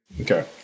Okay